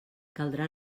caldrà